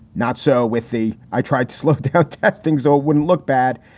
not so with the. i tried to slow down texting so it wouldn't look bad.